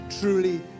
truly